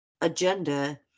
agenda